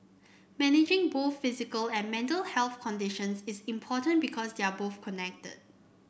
managing both physical and mental health conditions is important because they are both connected